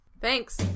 thanks